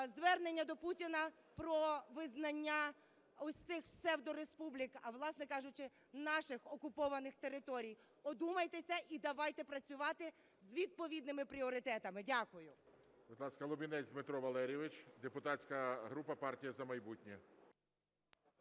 звернення до Путіна про визнання ось цих псевдореспублік, а власне кажучи, наших окупованих територій. Одумайтеся і давайте працювати з відповідними пріоритетами. Дякую.